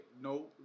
no